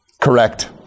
Correct